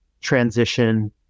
transition